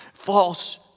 false